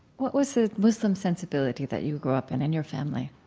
what was the muslim sensibility that you grow up in and your family?